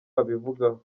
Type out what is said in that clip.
abivugaho